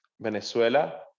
Venezuela